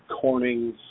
Corning's